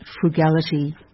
frugality